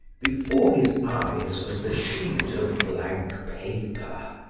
before his eyes was the sheet of blank paper,